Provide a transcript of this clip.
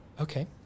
Okay